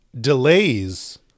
Delays